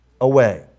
away